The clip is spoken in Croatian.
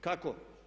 Kako?